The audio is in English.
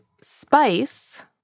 spice